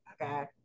Okay